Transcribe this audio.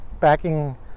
backing